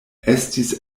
estis